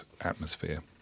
atmosphere